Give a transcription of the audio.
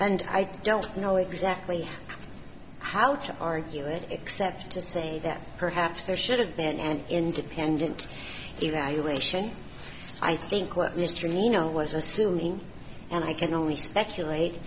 and i don't know exactly how to argue it except to say that perhaps there should have been an independent evaluation i think what mr leno was assuming and i can only speculate